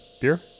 Beer